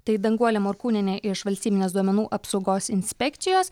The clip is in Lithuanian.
tai danguolė morkūnienė iš valstybinės duomenų apsaugos inspekcijos